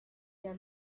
their